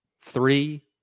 Three